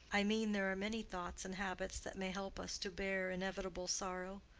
i mean there are many thoughts and habits that may help us to bear inevitable sorrow.